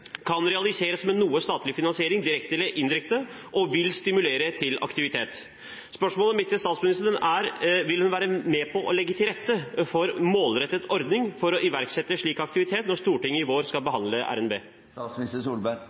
kan realiseres med noe statlig finansiering – direkte eller indirekte – og vil stimulere til aktivitet. Spørsmålet mitt til statsministeren er: Vil hun være med på å legge til rette for en målrettet ordning for å iverksette slik aktivitet når Stortinget i vår skal